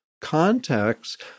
context